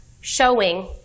showing